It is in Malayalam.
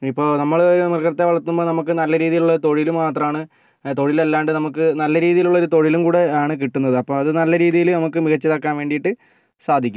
ഇനിയിപ്പോൾ നമ്മൾ മൃഗത്തെ വളർത്തുമ്പം നമുക്ക് നല്ല രീതിയിലുള്ള തൊഴിൽ മാത്രമാണ് തൊഴിലല്ലാണ്ട് നമുക്ക് നല്ല രീതിയിലുള്ള ഒരു തൊഴിലും കൂടിയാണ് കിട്ടുന്നത് അപ്പം അത് നല്ല രീതിയിൽ നമുക്ക് മികച്ചതാക്കാൻ വേണ്ടിയിട്ട് സാധിക്കും